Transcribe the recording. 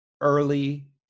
early